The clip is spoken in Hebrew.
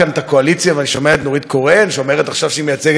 אני שומע את נורית קורן שאומרת עכשיו שהיא מייצגת את העמדה כולה.